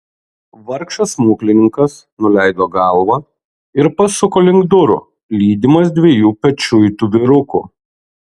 vargšas smuklininkas nuleido galvą ir pasuko link durų lydimas dviejų pečiuitų vyrukų